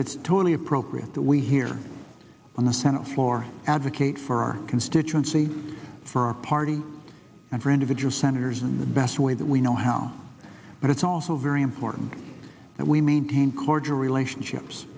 it's totally appropriate that we here on the senate floor advocate for our constituency for our party and for individual senators in the best way that we know how but it's also very important that we maintain cordial relationships